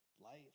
life